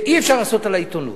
ואי-אפשר לעשות על העיתונות.